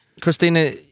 Christina